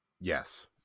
Yes